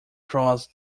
cross